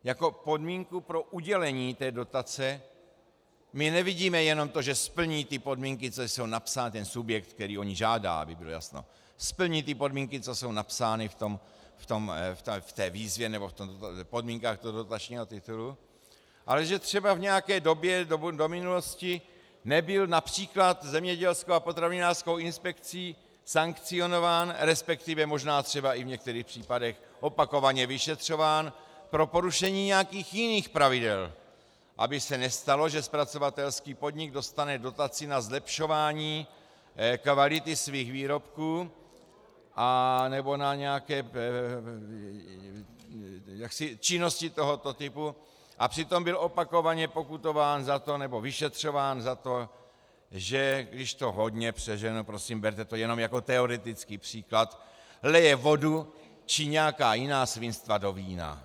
Jako podmínku pro udělení té dotace my nevidíme jenom to, že splní ty podmínky, co jsou napsány, ten subjekt, který o ni žádá, aby bylo jasno, splní ty podmínky, co jsou napsány v té výzvě nebo v podmínkách toho dotačního titulu, ale že třeba v nějaké době do minulosti nebyl například Zemědělskou a potravinářskou inspekcí sankcionován, resp. možná třeba i v některých případech opakovaně vyšetřován pro porušení nějakých jiných pravidel, aby se nestalo, že zpracovatelský podnik dostane dotaci na zlepšování kvality svých výrobků nebo na nějaké činnosti tohoto typu, a přitom byl opakovaně pokutován nebo vyšetřován za to, když to hodně přeženu, prosím berte to jenom jako teoretický příklad, že lije vodu či nějaká jiná svinstva do vína.